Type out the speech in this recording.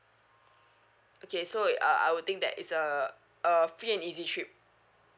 okay so uh I would think that it's a a free and easy trip